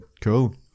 Cool